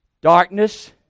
Darkness